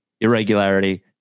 irregularity